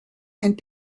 and